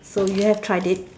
so you have tried it